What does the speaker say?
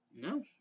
No